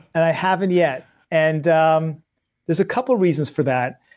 and i haven't yet and um there's a couple reasons for that.